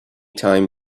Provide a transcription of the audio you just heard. time